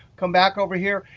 come back over here,